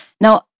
now